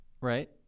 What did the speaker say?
Right